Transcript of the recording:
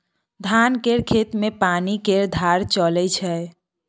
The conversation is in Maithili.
धान केर खेत मे पानि केर धार चलइ छै